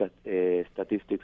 statistics